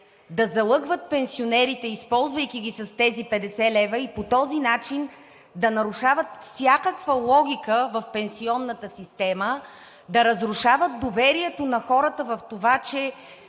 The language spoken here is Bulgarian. да залъгват пенсионерите, използвайки ги с тези 50 лв., и по този начин да нарушават всякаква логика в пенсионната система, да разрушават доверието на хората в това, че